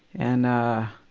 and, ah,